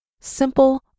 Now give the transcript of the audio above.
Simple